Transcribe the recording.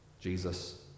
Jesus